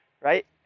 Right